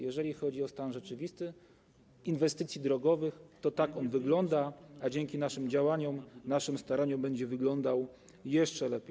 Jeżeli chodzi o rzeczywisty stan inwestycji drogowych, to tak on wygląda, a dzięki naszym działaniom, naszym staraniom będzie wyglądał jeszcze lepiej.